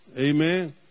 Amen